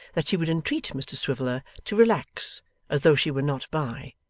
that she would entreat mr swiveller to relax as though she were not by,